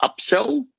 upsell